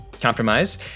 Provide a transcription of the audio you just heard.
compromise